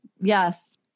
yes